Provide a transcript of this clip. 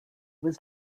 was